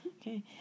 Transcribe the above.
Okay